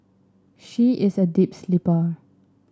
she is a deep sleeper